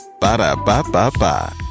Ba-da-ba-ba-ba